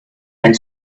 and